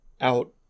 out